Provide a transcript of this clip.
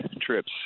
trips